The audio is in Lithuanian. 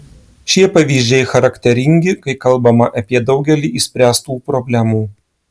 šie pavyzdžiai charakteringi kai kalbama apie daugelį išspręstų problemų